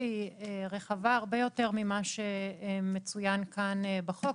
שהיא רחבה הרבה יותר ממה שמצוין כאן בחוק.